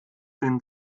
den